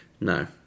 no